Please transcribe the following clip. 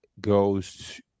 goes